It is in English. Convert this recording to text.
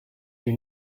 you